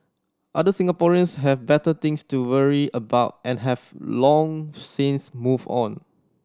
other Singaporeans have better things to worry about and have long since moved on